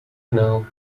canal